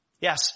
Yes